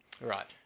Right